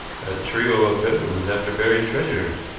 a trio of villains after buried treasure.